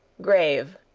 grave,